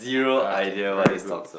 okay very good